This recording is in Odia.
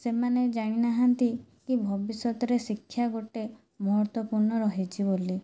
ସେମାନେ ଜାଣିନାହାନ୍ତି କି ଭବିଷ୍ୟତରେ ଶିକ୍ଷା ଗୋଟେ ମହର୍ତ୍ତ୍ଵପୂର୍ଣ୍ଣ ରହିଛି ବୋଲି